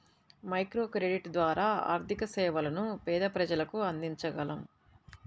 microcredit ద్వారా ఆర్థిక సేవలను పేద ప్రజలకు అందించగలం